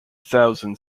thousand